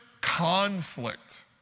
Conflict